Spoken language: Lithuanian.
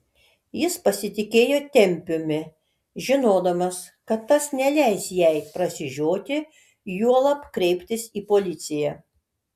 jis pasitikėjo tempiumi žinodamas kad tas neleis jai prasižioti juolab kreiptis į policiją